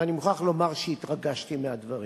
ואני מוכרח לומר שהתרגשתי מהדברים.